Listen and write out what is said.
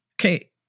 Okay